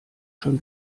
schon